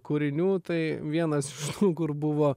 kūrinių tai vienas iš kur buvo